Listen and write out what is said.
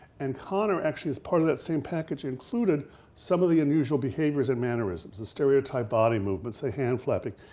and kanner actually as part of that same package included some of the unusual behaviors and mannerisms, the stereotype body movements, the hand flapping.